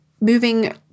moving